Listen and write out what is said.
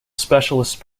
specialist